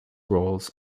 rolls